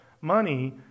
money